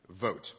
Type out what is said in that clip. vote